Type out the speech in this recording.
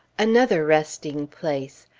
another resting-place!